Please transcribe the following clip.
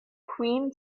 queen